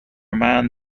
man